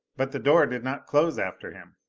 but the door did not close after him!